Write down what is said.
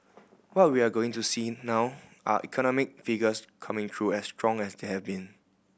what we're going to see now are economic figures coming through as strong as they have been